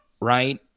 right